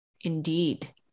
Indeed